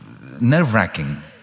nerve-wracking